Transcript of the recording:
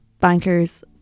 bankers